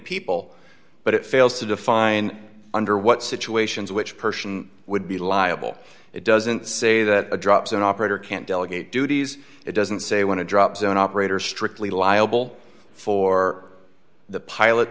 people but it fails to define under what situations which person would be liable it doesn't say that a dropzone operator can't delegate duties it doesn't say want to drop zone operators strictly liable for the pilot